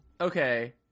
Okay